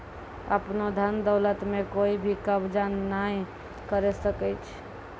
आपनो धन दौलत म कोइ भी कब्ज़ा नाय करै सकै छै